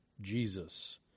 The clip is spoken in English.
Jesus